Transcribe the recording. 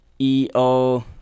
E-O